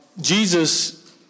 Jesus